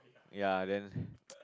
ya then